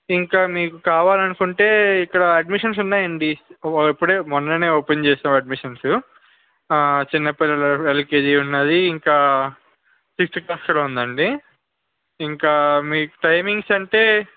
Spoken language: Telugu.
ఇంకా మీకు కావాలి అనుకుంటే ఇక్కడ అడ్మిషన్స్ ఉన్నాయి అండి ఇప్పుడే మొన్ననే ఓపెన్ చేసాము అడ్మిషన్సు ఆ చిన్నపిల్లల ఎల్కేజి ఉంది ఇంకా సిక్స్త్ క్లాస్లో ఉంది అండి ఇంకా మీకు టైమింగ్స్ అంటే